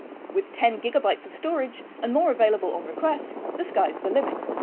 with ten gigabytes of storage and more available on request, the sky's the limit!